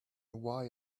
why